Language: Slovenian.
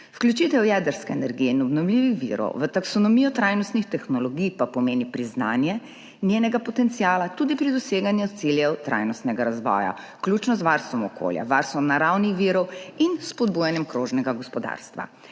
Vključitev jedrske energije in obnovljivih virov v taksonomijo trajnostnih tehnologij pa pomeni priznanje njenega potenciala tudi pri doseganju ciljev trajnostnega razvoja, vključno z varstvom okolja, varstvom naravnih virov in spodbujanjem krožnega gospodarstva.